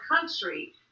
country